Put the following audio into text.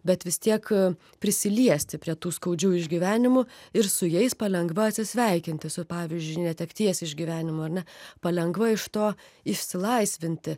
bet vis tiek prisiliesti prie tų skaudžių išgyvenimų ir su jais palengva atsisveikinti su pavyzdžiui netekties išgyvenimu ar ne palengva iš to išsilaisvinti